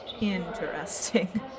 Interesting